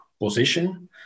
position